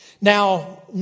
Now